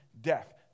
death